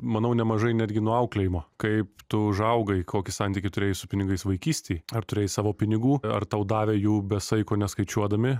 manau nemažai netgi nuo auklėjimo kaip tu užaugai kokį santykį turėjai su pinigais vaikystėj ar turėjai savo pinigų ar tau davė jų be saiko neskaičiuodami